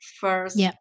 first